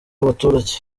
abaturage